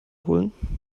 holen